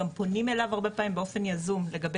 גם פונים אליו הרבה פעמים באופן יזום לגבי